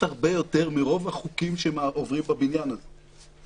הרבה יותר מרוב החוקים שעוברים בבניין הזה.